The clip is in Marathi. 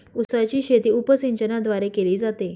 उसाची शेती उपसिंचनाद्वारे केली जाते